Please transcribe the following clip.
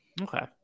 Okay